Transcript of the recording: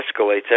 escalates